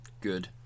good